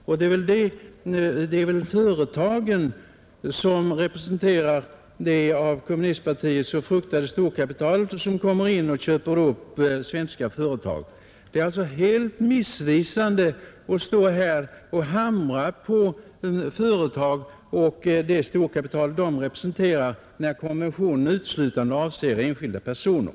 Och det är väl företagen som representerar det av kommunistiska partiet så fruktade storkapitalet, som kommer hit och köper upp svenska företag. Det är helt missvisande att stå här och hamra på företagen och det storkapital de representerar, när konventionen bara avser enskilda personer.